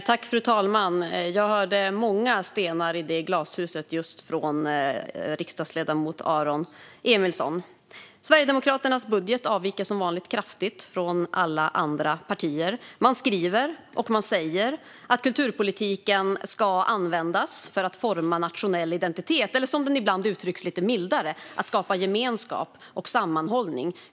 Fru talman! I det glashuset hörde jag många stenar kastas av just riksdagsledamoten Aron Emilsson. Sverigedemokraternas budget avviker som vanligt kraftigt från alla andra partiers budgetförslag. Man skriver och säger att kulturpolitiken ska användas för att forma nationell identitet. Ibland uttrycks det lite mildare: för att skapa gemenskap och sammanhållning.